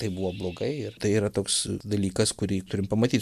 tai buvo blogai ir tai yra ta toks dalykas kurį turim pamatyt